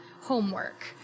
homework